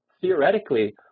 theoretically